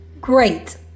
Great